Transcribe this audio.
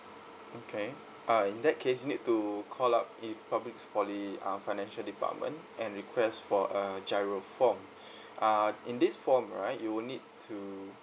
okay uh in that case you need to call up republic's poly uh financial department and request for a G_I_R_O form uh in this form right you will need to